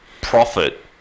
profit